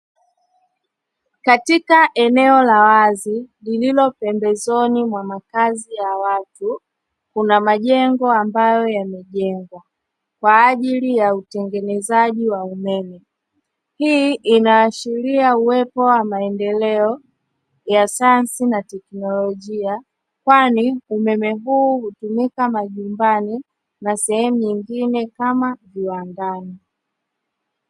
Katika eneo la wazi lililo pembezoni mwa makazi ya watu kuna majengo ambayo yamejengwa, kwa ajili ya utengenezaji wa umeme hii inaashiria uwepo wa maeneo ya sayansi na tekinologia, kwani umeme huu hutumika majumbani na sehemu nyingine kama viwandani.